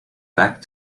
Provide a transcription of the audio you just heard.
back